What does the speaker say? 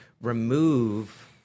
remove